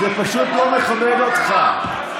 זה פשוט לא מכבד אותך.